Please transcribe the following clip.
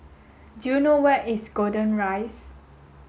do you know where is Golden Rise